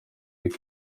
yuko